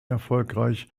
erfolgreich